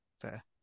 Fair